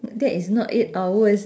that is not eight hours